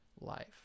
life